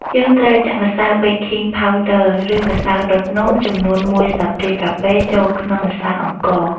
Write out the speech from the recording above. យើងត្រូវចាក់ម្សៅបេកឃីងផាវឌឺ ឬម្សៅដុតនំ ចំនួន ១ស្លាបព្រាកាហ្វេចូលក្នុងម្សៅអង្ករ។